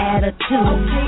Attitude